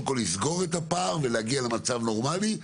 כל לסגור את הפער ולהגיע למצב נורמלי,